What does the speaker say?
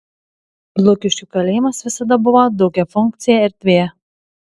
lukiškių kalėjimas visada buvo daugiafunkcė erdvė